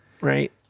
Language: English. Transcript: right